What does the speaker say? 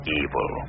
evil